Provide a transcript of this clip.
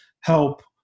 help